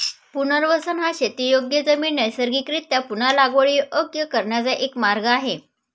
पुनर्वसन हा शेतीयोग्य जमीन नैसर्गिकरीत्या पुन्हा लागवडीयोग्य करण्याचा एक मार्ग आहे